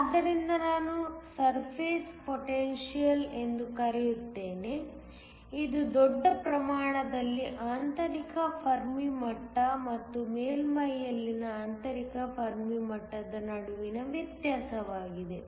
ಆದ್ದರಿಂದ ನಾನು surface potential ಎಂದು ಕರೆಯುತ್ತೇನೆ ಇದು ದೊಡ್ಡ ಪ್ರಮಾಣದಲ್ಲಿ ಆಂತರಿಕ ಫೆರ್ಮಿ ಮಟ್ಟ ಮತ್ತು ಮೇಲ್ಮೈಯಲ್ಲಿನ ಆಂತರಿಕ ಫೆರ್ಮಿ ಮಟ್ಟದ ನಡುವಿನ ವ್ಯತ್ಯಾಸವಾಗಿದೆ